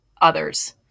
others